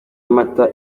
amata